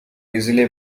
easily